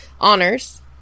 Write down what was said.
honors